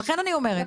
אז לכן אני אומרת,